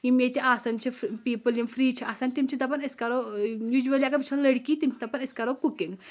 یِم ییٚتہِ آسان چھِ پیٖپٕل یِم فری چھِ آسَان تِم چھِ دَپَان أسۍ کَرو یوٗجؤلی اگر وٕچھَان لٔڑکی تِم چھِ دپان أسۍ کَرو کُکِنٛگ